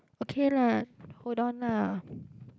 okay lah hold on lah